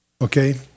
Okay